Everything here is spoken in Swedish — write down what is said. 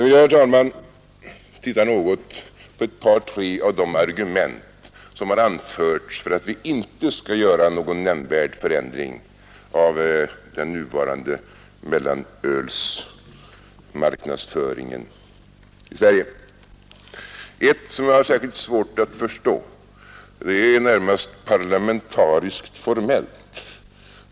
Jag vill, herr talman, titta något på ett par tre av de argument som anförts för att vi inte skall göra några nämnvärda förändringar i den nuvarande mellanölsmarknadsföringen i Sverige. Ett argument som jag har särskilt svårt att förstå är närmast parlamentariskt formellt.